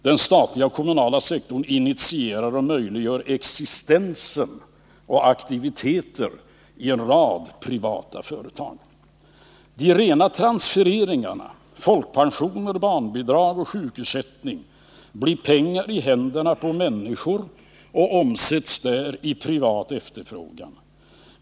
Den statliga och kommunala sektorn initierar och möjliggör existenser och aktiviteter i en rad privata företag. De rena transfereringarna — folkpensioner, barnbidrag och sjukersättning — blir pengar i händerna på människor och omsätts i privat efterfrågan.